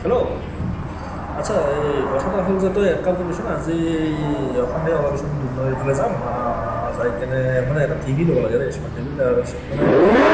hello আচ্ছা এই কথা এটা হ'ল যে তই এক কাম কৰিবিচোন আজি এ সন্ধিয়া ওলাবিচোন দুধনৈ ফালে যাম যাই কেনে মানে এটা টিভি ল'ব লাগে স্মাৰ্ট টিভি তাৰপিছত মানে